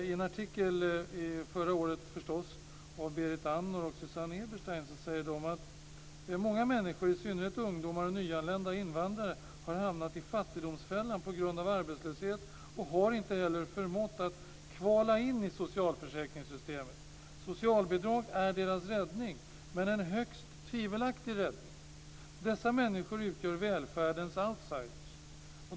I en artikel från förra året, förstås, skriver Berit Andnor och Susanne Eberstein att många människor, i synnerhet ungdomar och nyanlända invandrare, har hamnat i fattigdomsfällan på grund av arbetslöshet och inte heller förmått att kvala in i socialförsäkringssystemet. Socialbidrag är deras räddning, men en högst tvivelaktig räddning. Dessa människor utgör välfärdens outsiders.